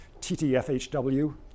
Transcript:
TTFHW